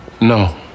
No